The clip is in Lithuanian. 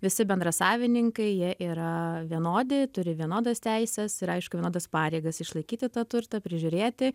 visi bendrasavininkai jie yra vienodi turi vienodas teises ir aišku vienodas pareigas išlaikyti tą turtą prižiūrėti